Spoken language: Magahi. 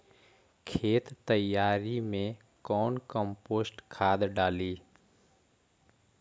खेत तैयारी मे कौन कम्पोस्ट खाद डाली?